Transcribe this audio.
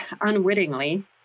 Unwittingly